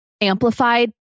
amplified